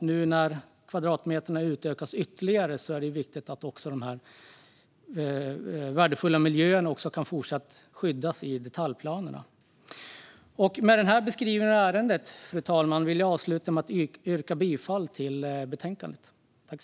Nu när antalet kvadratmeter utökas ytterligare är det viktigt att de värdefulla miljöerna också i fortsättningen kan skyddas i detaljplanerna. När jag har gjort denna beskrivning av ärendet, fru talman, vill jag avsluta med att yrka bifall till utskottets förslag i betänkandet.